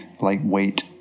lightweight